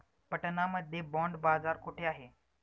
पटना मध्ये बॉंड बाजार कुठे आहे?